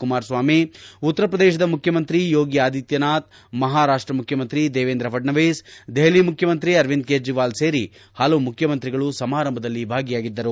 ಕುಮಾರಸ್ವಾಮಿ ಉತ್ತರ ಪ್ರದೇಶದ ಮುಖ್ಣಮಂತ್ರಿ ಯೋಗಿ ಆದಿತ್ವನಾಥ್ ಮಹಾರಾಪ್ಟ ಮುಖ್ಣಮಂತ್ರಿ ದೇವೇಂದ್ರ ಫಡ್ನವೀಸ್ ದೆಹಲಿ ಮುಖ್ಲಮಂತ್ರಿ ಅರವಿಂದ್ ಕೇಜ್ರವಾಲ್ ಸೇರಿ ಹಲವು ಮುಖ್ಲಮಂತ್ರಿಗಳು ಸಮಾರಂಭದಲ್ಲಿ ಭಾಗಿಯಾಗಿದ್ದರು